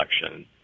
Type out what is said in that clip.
election